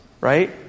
right